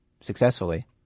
successfully